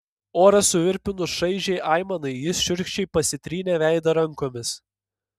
orą suvirpinus šaižiai aimanai jis šiurkščiai pasitrynė veidą rankomis